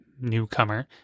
newcomer